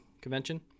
convention